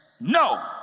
no